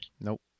Nope